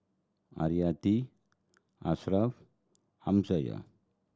Haryati Ashraf Amsyar